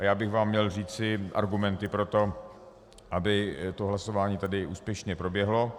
A já bych vám měl říci argumenty pro to, aby to hlasování tady úspěšně proběhlo.